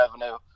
revenue